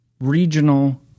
regional